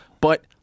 But-